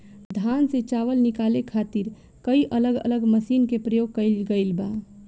धान से चावल निकाले खातिर कई अलग अलग मशीन के प्रयोग कईल गईल बा